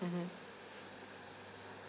mmhmm